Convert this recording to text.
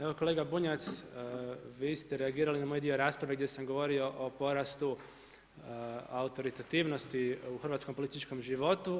Evo kolega Bunjac vi ste reagirali na moj dio rasprave gdje sam govorio o porastu autoritativnosti u hrvatskom političkom životu.